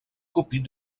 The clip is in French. copies